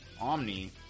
Omni